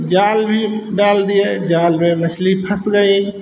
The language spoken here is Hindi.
जाल भी अब डाल दिए जाल में मछली फँस गई